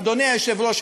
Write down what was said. אדוני היושב-ראש,